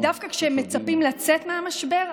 אבל דווקא כשמצפים לצאת מהמשבר,